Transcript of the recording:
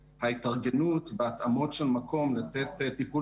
כי ההתארגנות וההתאמות של מקום לתת טיפול